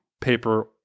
Paper